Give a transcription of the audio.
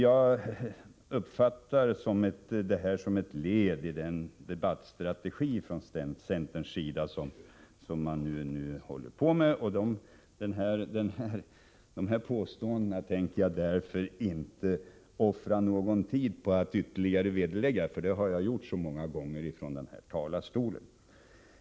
Jag uppfattar det som ett led i den debattstrategi som centern nu håller på med, och de här påståendena tänker jag därför inte offra någon tid på att ytterligare vederlägga — det har jag gjort så många gånger förr från denna talarstol.